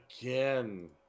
again